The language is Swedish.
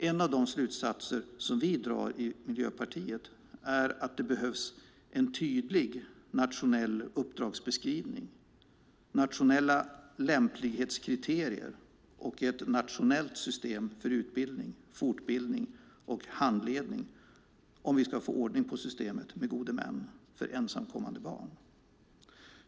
En av de slutsatser som vi i Miljöpartiet drar är att det behövs en tydlig nationell uppdragsbeskrivning, nationella lämplighetskriterier och ett nationellt system för utbildning, fortbildning och handledning om vi ska få ordning på systemet med gode män för ensamkommande barn.